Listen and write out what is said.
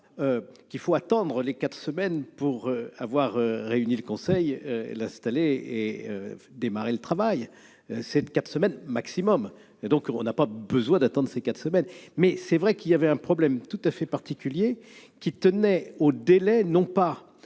qu'il faut attendre quatre semaines pour réunir le conseil, l'installer et démarrer le travail. Il s'agit d'un délai maximal, donc on n'a pas besoin d'attendre ces quatre semaines. Cela dit, il est vrai qu'il y avait un problème tout à fait particulier qui tenait au délai non pas